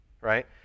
right